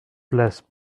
place